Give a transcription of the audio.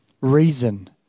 reason